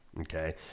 Okay